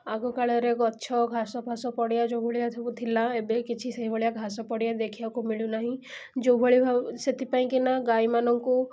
ଆଗକାଳରେ ଗଛ ଘାସ ଫାଶ ପଡ଼ିଆ ଯେଉଁଭଳିଆ ସବୁ ଥିଲା ଏବେ କିଛି ସେହିଭଳିଆ ଘାସ ପଡ଼ିଆ ଦେଖିବାକୁ ମିଳୁ ନାହିଁ ଯେଉଁଭଳି ଭାବେ ସେଥିପାଇଁକିନା ଗାଈମାନଙ୍କୁ